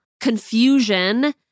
confusion